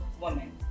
woman